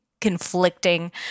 conflicting